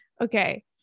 Okay